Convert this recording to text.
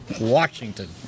Washington